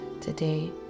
today